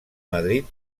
madrid